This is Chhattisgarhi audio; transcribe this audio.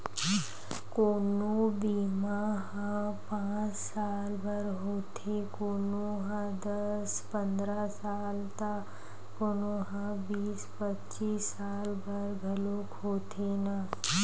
कोनो बीमा ह पाँच साल बर होथे, कोनो ह दस पंदरा साल त कोनो ह बीस पचीस साल बर घलोक होथे न